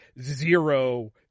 Zero